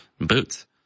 boots